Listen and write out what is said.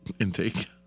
intake